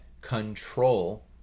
control